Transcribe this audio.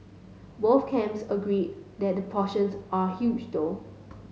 both camps agree that portions are huge though